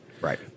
Right